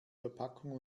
verpackung